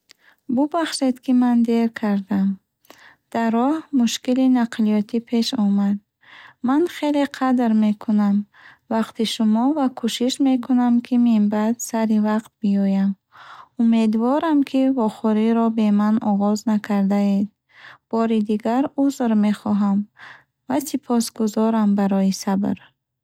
Бубахшед, ки ман дер кардам. Дар роҳ мушкили нақлиётӣ пеш омад. Ман хеле қадр мекунам вақти шумо ва кӯшиш мекунам, ки минбаъд сари вақт биёям. Умедворам, ки вохӯриро бе ман оғоз накардаед. Бори дигар, узр мехоҳам ва сипосгузорам барои сабр.